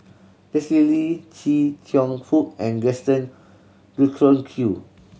Leslie Kee Chia Cheong Fook and Gaston Dutronquoy